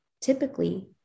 Typically